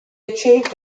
achieved